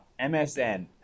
MSN